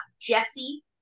Jesse